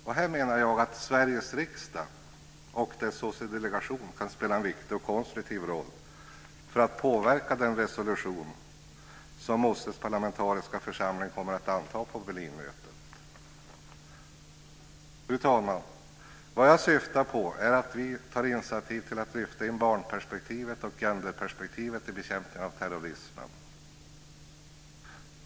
Jag menar att Sveriges riksdag och dess OSSE-delegation kan spela en viktig och konstruktiv roll för att påverka den resolution som OSSE:s parlamentariska församling kommer att anta på Berlinmötet. Fru talman! Vad jag syftar på är att vi tar initiativ till att lyfta in barnperspektivet och genderperspektivet i bekämpningen av terrorismen.